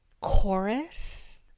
chorus